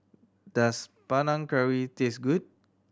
does Panang Curry taste good